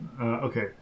Okay